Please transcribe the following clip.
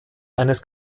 eines